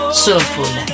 soulful